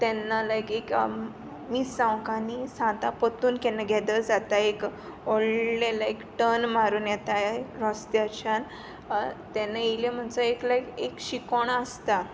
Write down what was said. तेन्ना लायक एक मीस जावंक आनी सातां पत्तून केन्ना गेद जाताय एक व्होडलें लायक टन मारून येताय रोस्त्याच्यान तेन्ना येयले म्होणसोर एक लायक एक शिकोण आसता